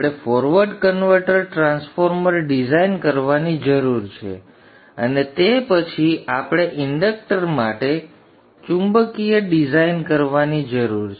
આપણે forward converter transformer design કરવાની જરૂર છે અને તે પછી આપણે ઇન્ડક્ટર માટે ચુંબકીય ડિઝાઇન કરવાની જરૂર છે